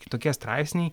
kitokie straipsniai